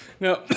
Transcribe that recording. No